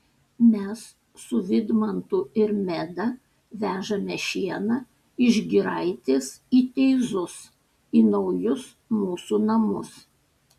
mes su vidmantu ir meda vežame šieną iš giraitės į teizus į naujus mūsų namus